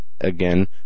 again